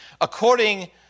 according